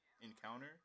encounter